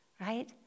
right